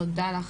תודה לך.